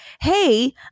hey